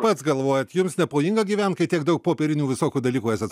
pats galvojat jums nepavojinga gyvent kai tiek daug popierinių visokių dalykų esat